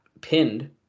pinned